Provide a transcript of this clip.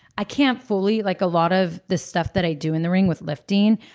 i can't fully. like a lot of the stuff that i do in the ring with lifting,